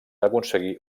aconseguir